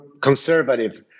conservative